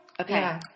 Okay